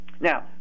Now